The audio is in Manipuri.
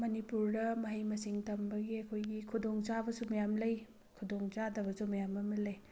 ꯃꯅꯤꯄꯨꯔꯗ ꯃꯍꯩ ꯃꯁꯤꯡ ꯇꯝꯕꯒꯤ ꯑꯩꯈꯣꯏꯒꯤ ꯈꯨꯗꯣꯡ ꯆꯥꯕꯁꯨ ꯃꯌꯥꯝ ꯂꯩ ꯈꯨꯗꯣꯡ ꯆꯥꯗꯕꯁꯨ ꯃꯌꯥꯝ ꯑꯃ ꯂꯩ